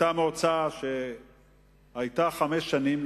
היתה מועצה שכיהנה חמש שנים,